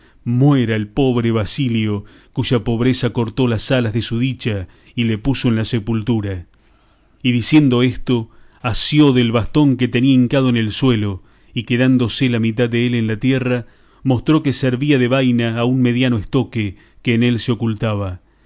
muera el pobre basilio cuya pobreza cortó las alas de su dicha y le puso en la sepultura y diciendo esto asió del bastón que tenía hincado en el suelo y quedándose la mitad dél en la tierra mostró que servía de vaina a un mediano estoque que en él se ocultaba